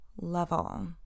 level